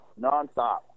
nonstop